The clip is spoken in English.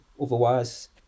Otherwise